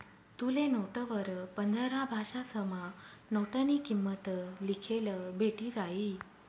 तुले नोटवर पंधरा भाषासमा नोटनी किंमत लिखेल भेटी जायी